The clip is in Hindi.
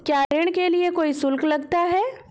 क्या ऋण के लिए कोई शुल्क लगता है?